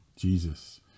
Jesus